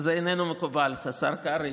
זה אינו מקובל, השר קרעי.